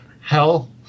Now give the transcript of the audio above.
hell